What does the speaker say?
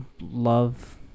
love